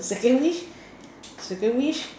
second wish second wish